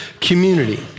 community